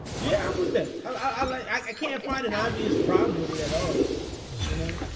yeah, i'm with that. i can't find an obvious problem with it at all you know,